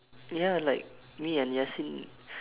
ya like me and yasin